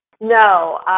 No